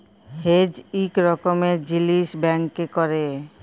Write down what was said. hedge ইক রকমের জিলিস ব্যাংকে ক্যরে